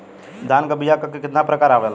धान क बीया क कितना प्रकार आवेला?